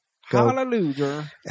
Hallelujah